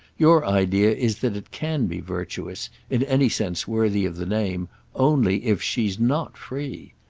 your idea is that it can be virtuous in any sense worthy of the name only if she's not free?